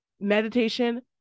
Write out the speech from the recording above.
meditation